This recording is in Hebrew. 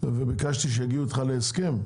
וביקשתי שיגיעו איתך להסכם.